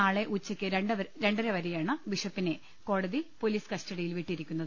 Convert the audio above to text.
നാളെ ഉച്ച യ്ക്ക് രണ്ടര വരെയാണ് ബിഷപ്പിനെ കോടതി പൊലീസ് കസ്റ്റഡിയിൽ വിട്ടിരി ക്കുന്നത്